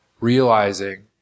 realizing